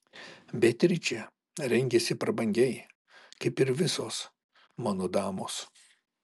beatričė rengiasi prabangiai kaip ir visos mano damos